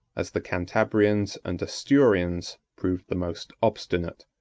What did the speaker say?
as the cantabrians and asturians proved the most obstinate.